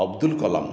Abdul Kalam